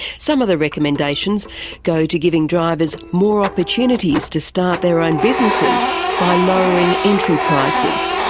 some of the recommendations go to giving drivers more opportunities to start their own businesses by lowering entry prices,